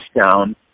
down